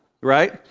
Right